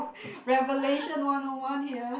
revelation one O one here